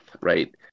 right